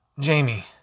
Jamie